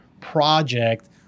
Project